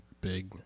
Big